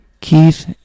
Keith